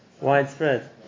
widespread